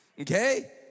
Okay